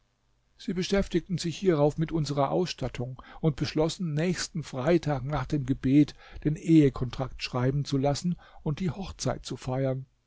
sie beschäftigten sich hierauf mit unserer ausstattung und beschlossen nächsten freitag nach dem gebet den ehekontrakt schreiben zu lassen und die hochzeit zu feiern